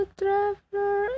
traveler